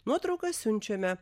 nuotraukas siunčiame